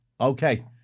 Okay